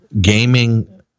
gaming